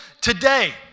today